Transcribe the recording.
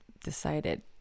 decided